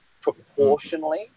proportionally